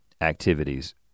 activities